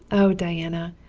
oh, diana,